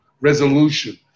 resolution